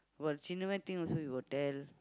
about also he will tell